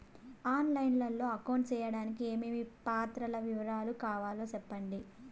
On line లో account సేయడానికి ఏమేమి పత్రాల వివరాలు కావాలో సెప్పండి?